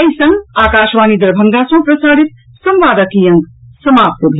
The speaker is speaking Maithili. एहि संग आकाशवाणी दरभंगा सँ प्रसारित संवादक ई अंक समाप्त भेल